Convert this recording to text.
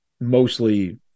mostly